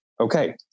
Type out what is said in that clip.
okay